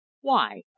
Why